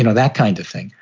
you know that kind of thing.